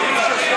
עוד, עוד.